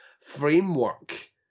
framework